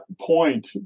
point